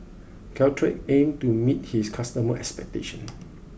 Caltrate Aims to meet its customer expectation